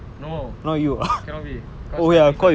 no cannot be because I prefect